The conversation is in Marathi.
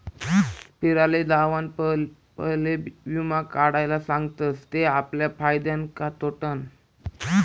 फिराले जावाना पयले वीमा काढाले सांगतस ते आपला फायदानं का तोटानं